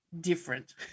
different